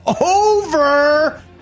over